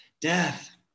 death